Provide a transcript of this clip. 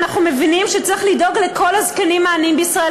ואנחנו מבינים שצריך לדאוג לכל הזקנים העניים בישראל.